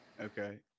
Okay